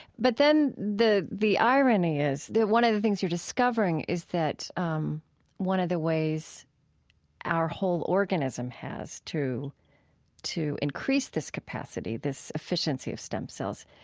but then the the irony is that one of the things you're discovering is that um one of the ways our whole organism has to to increase this capacity, this efficiency of stem cells,